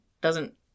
Doesn't-